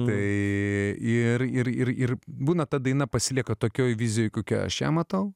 tai ir ir ir būna ta daina pasilieka tokioje vizijoje kokia aš ją matau